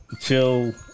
chill